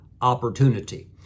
opportunity